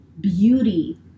beauty